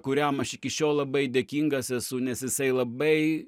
kuriam aš iki šiol labai dėkingas esu nes jisai labai